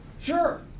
Sure